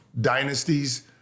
dynasties